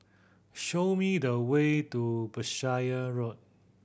show me the way to Berkshire Road